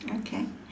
okay